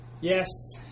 Yes